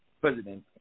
president